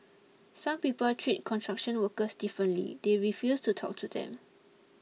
some people treat construction workers differently they refuse to talk to them